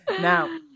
now